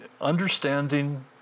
understanding